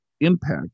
impact